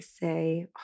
say